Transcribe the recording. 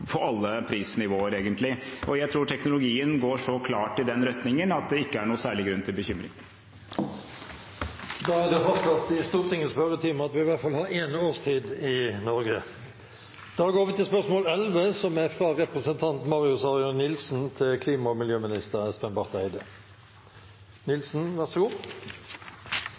alle prisnivåer, egentlig. Jeg tror teknologien går så klart i den retningen at det ikke er noen særlig grunn til bekymring. Da er det fastslått i Stortingets spørretime at vi i hvert fall har én årstid i Norge. «Det synes som Enova den siste perioden støtter flest store signalprosjekter, mens tiltak for boligeiere og